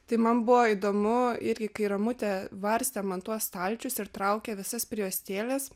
tai man buvo įdomu irgi kai ramutė varstė man tuos stalčius ir traukė visas prijuostėlės